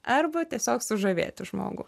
arba tiesiog sužavėti žmogų